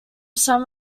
some